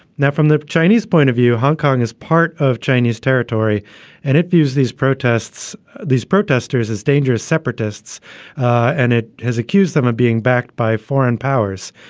now from the chinese point of view hong kong is part of chinese territory and it views these protests these protesters as dangerous separatists and has has accused them of being backed by foreign powers.